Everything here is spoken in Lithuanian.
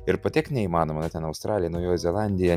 ir patekt neįmanoma na ten australija naujoji zelandija